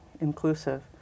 inclusive